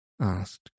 asked